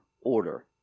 order